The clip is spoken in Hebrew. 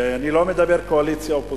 ואני לא מדבר קואליציה אופוזיציה.